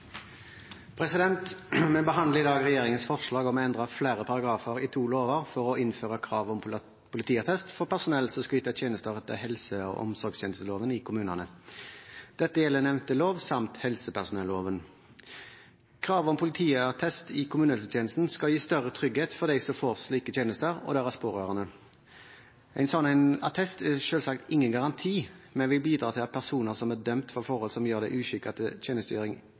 unge. Vi behandler i dag regjeringens forslag om å endre flere paragrafer i to lover for å innføre krav om politiattest for personell som skal yte tjenester etter helse- og omsorgstjenesteloven i kommunene. Dette gjelder nevnte lov samt helsepersonelloven. Kravet om politiattest i kommunehelsetjenesten skal gi større trygghet for dem som får slike tjenester, og deres pårørende. En slik attest er selvsagt ingen garanti, men vil bidra til at personer som er dømt for forhold som gjør dem uskikket til